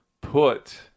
put